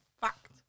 Fact